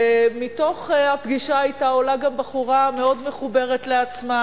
מתוך הפגישה אתה עולה גם בחורה מאוד מחוברת לעצמה,